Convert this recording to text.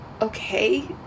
okay